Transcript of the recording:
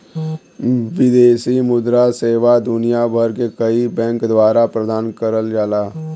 विदेशी मुद्रा सेवा दुनिया भर के कई बैंक द्वारा प्रदान करल जाला